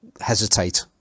hesitate